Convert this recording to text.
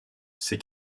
ses